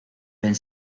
ven